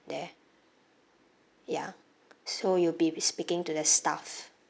there ya so you'll be speaking to the staff